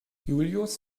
julius